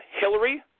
hillary